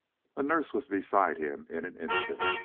a nurse was beside him in an instant.